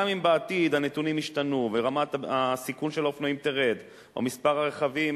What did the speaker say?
גם אם בעתיד הנתונים ישתנו ורמת הסיכון של האופנועים תרד או מספר הרכבים